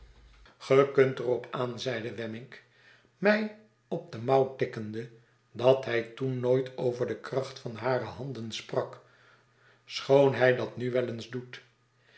ge kunt er op aan zeide wemmick mij op de mouw tikkende dat hij toen nooit over de kracht van hare handen sprak schoon hij dat nu wel eens doet